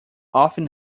often